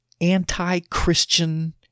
anti-Christian